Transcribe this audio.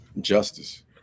Justice